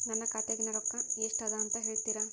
ನನ್ನ ಖಾತೆಯಾಗಿನ ರೊಕ್ಕ ಎಷ್ಟು ಅದಾ ಅಂತಾ ಹೇಳುತ್ತೇರಾ?